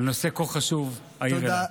בנושא כה חשוב, על העיר אילת.